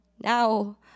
Now